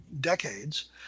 decades